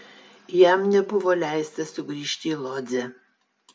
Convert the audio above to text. jam nebuvo leista sugrįžti į lodzę